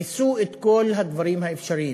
ניסו את כל הדברים האפשריים: